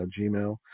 Gmail